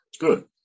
good